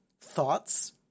Thoughts